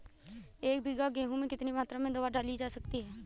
एक बीघा गेहूँ में कितनी मात्रा में दवा डाली जा सकती है?